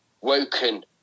woken